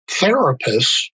therapists